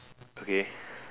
okay